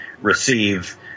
receive